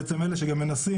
הם בעצם אלה שגם מנסים,